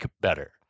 better